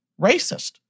racist